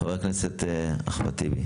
חבר הכנסת אחמד טיבי,